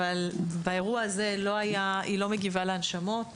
אבל באירוע הזה התינוקת הזאת לא מגיבה להנשמות